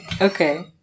Okay